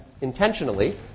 intentionally